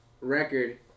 record